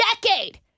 decade